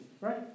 right